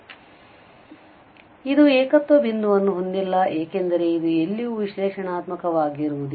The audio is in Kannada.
ಆದರೆ ಇದು ಏಕತ್ವ ಬಿಂದುವನ್ನು ಹೊಂದಿಲ್ಲ ಏಕೆಂದರೆ ಇದು ಎಲ್ಲಿಯೂ ವಿಶ್ಲೇಷಣಾತ್ಮಕವಾಗಿರುವುದಿಲ್ಲ